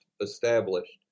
established